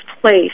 place